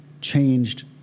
changed